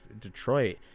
detroit